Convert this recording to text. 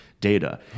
data